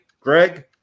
Greg